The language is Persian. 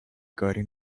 گاری